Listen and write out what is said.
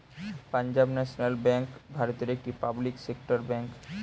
Punjab national bank ভারতের একটি public sector bank